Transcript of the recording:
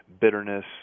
bitterness